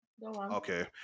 Okay